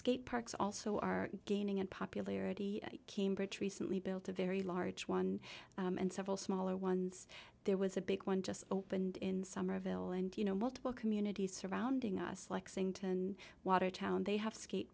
skate parks also are gaining in popularity cambridge recently built a very large one and several smaller ones there was a big one just opened in somerville and you know multiple communities surrounding us like sing to and watertown they have skate